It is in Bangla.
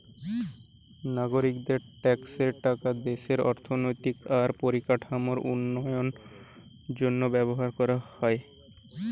নাগরিকদের ট্যাক্সের টাকা দেশের অর্থনৈতিক আর পরিকাঠামোর উন্নতির জন্য ব্যবহার কোরা হয়